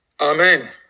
Amen